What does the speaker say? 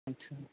अच्छा